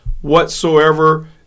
whatsoever